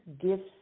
gifts